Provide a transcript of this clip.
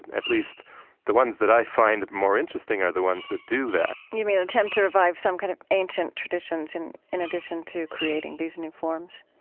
at least the ones that i find more interesting, are the ones that do that you mean, attempt to revive some kind of ancient traditions in in addition to creating these new forms?